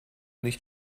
nicht